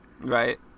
Right